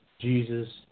Jesus